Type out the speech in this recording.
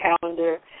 calendar